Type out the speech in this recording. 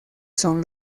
son